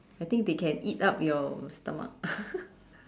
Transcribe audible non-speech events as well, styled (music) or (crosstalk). I think they can eat up your stomach (laughs)